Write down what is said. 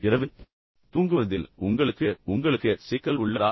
இரவில் தூங்குவதில் உங்களுக்கு உங்களுக்கு சிக்கல் உள்ளதா